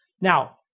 Now